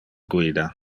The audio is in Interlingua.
guida